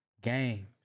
game